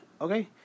okay